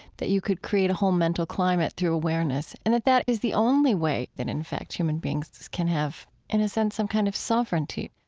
that you could create a whole mental climate through awareness. and that that is the only way, and in fact, human beings can have, in a sense, some kind of sovereignty